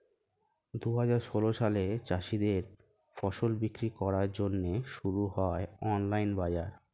দুহাজার ষোল সালে চাষীদের ফসল বিক্রি করার জন্যে শুরু হয় অনলাইন বাজার